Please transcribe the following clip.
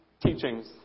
teachings